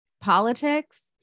politics